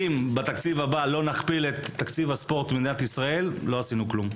אם בתקציב הבא לא נכפיל את תקציב הספורט במדינת ישראל לא עשינו כלום.